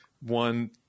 One